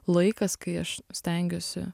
laikas kai aš stengiuosi